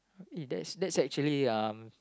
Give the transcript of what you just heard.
eh that that's actually uh